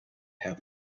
have